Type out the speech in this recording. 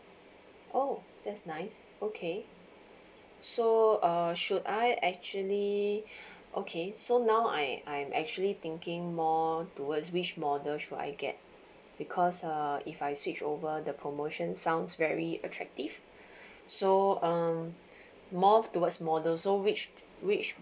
oh that's nice okay so uh should I actually okay so now I I'm actually thinking more towards which model should I get because uh if I switch over the promotion sounds very attractive so um more of towards model so which which